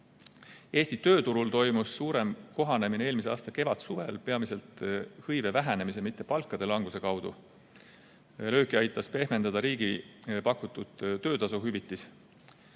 Eesti tööturul toimus suurem kohanemine eelmise aasta kevadsuvel, peamiselt hõive vähenemise, mitte palkade languse kaudu. Lööki aitas pehmendada riigi pakutud töötasuhüvitis.